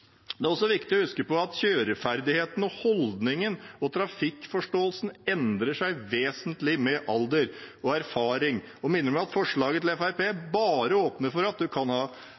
Det er også viktig å huske på at kjøreferdighetene, holdningen og trafikkforståelsen endrer seg vesentlig med alder og erfaring. Jeg minner om at forslaget fra Fremskrittspartiet bare åpner for at man kan